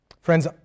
Friends